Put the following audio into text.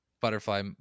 butterfly –